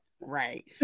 Right